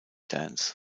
dance